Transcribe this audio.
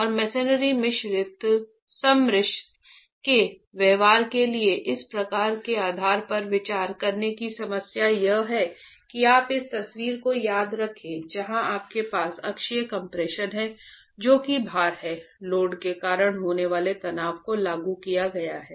और मेसेनरी सम्मिश्र के व्यवहार के लिए इस प्रकार के आधार पर विचार करने की समस्या यह है कि आप इस तस्वीर को याद रखें जहां आपके पास अक्षीय कम्प्रेशन है जो कि भार है लोड के कारण होने वाले तनाव को लागू किया गया है